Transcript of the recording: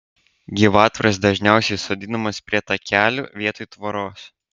gyvatvorės dažniausiai sodinamos prie takelių vietoj tvoros